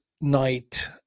night